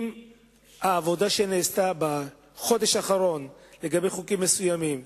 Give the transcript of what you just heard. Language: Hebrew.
עם העבודה שנעשתה בחודש האחרון על חוקים מסוימים,